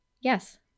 Yes